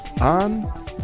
on